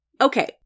Okay